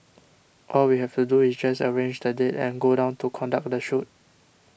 all we have to do is just arrange the date and go down to conduct the shoot